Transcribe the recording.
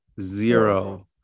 zero